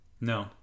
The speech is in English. no